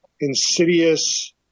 insidious